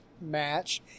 match